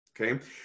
okay